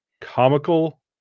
comical